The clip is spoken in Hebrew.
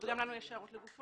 גם לנו יש הערות לגופו.